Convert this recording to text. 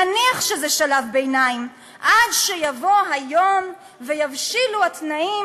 נניח שזה שלב ביניים עד שיבוא היום ויבשילו התנאים